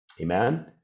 amen